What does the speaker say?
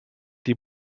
die